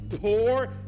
poor